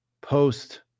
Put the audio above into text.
post